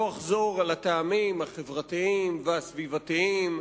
ולא אחזור על הטעמים החברתיים והסביבתיים,